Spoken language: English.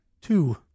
Two